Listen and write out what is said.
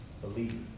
believe